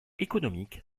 économique